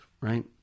right